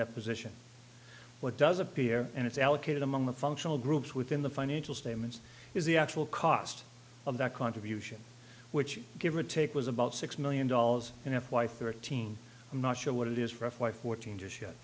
nepos ition what does appear and it's allocated among the functional groups within the financial statements is the actual cost of that contribution which give or take was about six million dollars in f y thirteen i'm not sure what it is roughly fourteen just yet